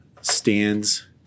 stands